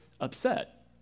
upset